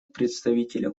представителя